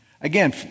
Again